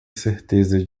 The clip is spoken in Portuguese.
certeza